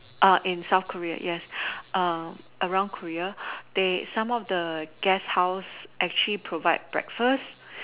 uh in South Korea yes uh around Korea they some of the guest house actually provide breakfast